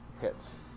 hits